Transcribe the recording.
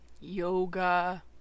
Yoga